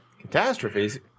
catastrophes